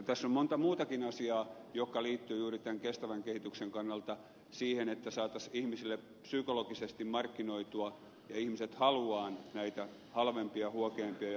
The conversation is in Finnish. tässä on monta muutakin asiaa jotka liittyvät juuri tämän kestävän kehityksen kannalta siihen että saataisiin ihmisille psykologisesti markkinoitua ja ihmiset haluamaan näitä halvempia huokeampia ja helpompia vaihtoehtoja